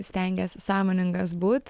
stengiesi sąmoningas būt